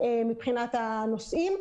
מבחינת הנוסעים,